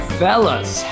fellas